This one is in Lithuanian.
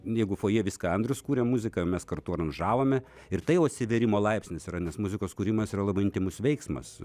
jeigu fojė viską andrius kūrė muziką mes kartu aranžavome ir tai jau atsivėrimo laipsnis yra nes muzikos kūrimas yra labai intymus veiksmas